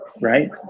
right